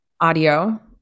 audio